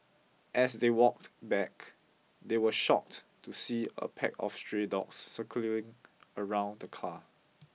as they walked back they were shocked to see a pack of stray dogs circling around the car